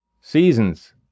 seasons